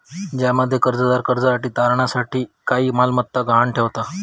ज्यामध्ये कर्जदार कर्जासाठी तारणा साठी काही मालमत्ता गहाण ठेवता